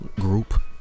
group